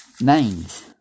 names